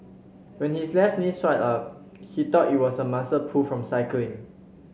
when his left knee swelled up he thought it was a muscle pull from cycling